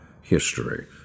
history